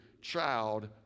child